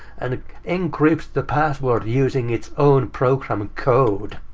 and encrypts the password using its own program code!